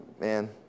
Man